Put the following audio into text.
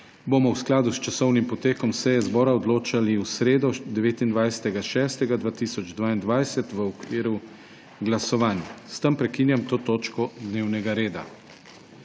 bomo v skladu s časovnim potekom seje zbora odločali v sredo, 29. 6. 2022, v okviru glasovanj. S tem prekinjam to točko dnevnega reda.